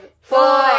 four